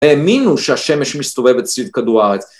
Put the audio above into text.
האמינו שהשמש מסתובבת סביב כדור הארץ.